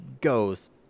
goes